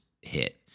hit